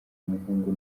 umuhungu